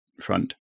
front